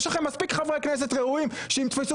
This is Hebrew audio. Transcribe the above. יש לכם מספיק חברי הכנסת ראויים שייתפסו